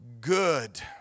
good